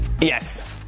Yes